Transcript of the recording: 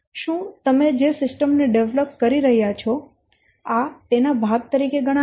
શું તમે જે સિસ્ટમ ને ડેવલપ કરી રહ્યા છો આ તેના ભાગ તરીકે ગણાશે